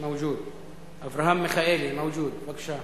מוש מווג'וד, אברהם מיכאלי, מווג'וד, בבקשה.